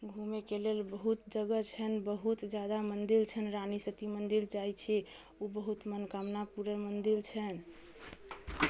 घुमैके लेल बहुत जगह छनि बहुत जादा मन्दिर छनि रानी सती मन्दिर जाइ छी उ बहुत मनोकामना पुरन मन्दिर छनि